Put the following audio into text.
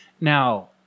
Now